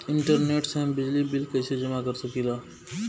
Internet से हम बिजली बिल कइसे जमा कर सकी ला?